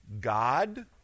God